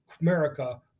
America